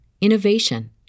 innovation